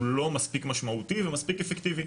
הוא לא מספיק משמעותי ומספיק אפקטיבי.